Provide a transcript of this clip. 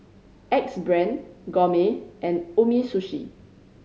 Axe Brand Gourmet and Umisushi